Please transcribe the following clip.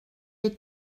est